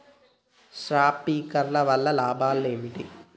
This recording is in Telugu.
శప్రింక్లర్ వల్ల లాభం ఏంటి?